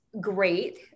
great